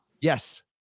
Yes